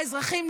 האזרחים,